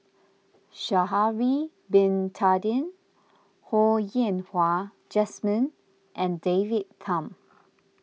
Sha'ari Bin Tadin Ho Yen Wah Jesmine and David Tham